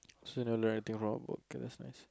so never learn anything from a book okay that's nice